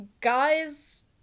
Guys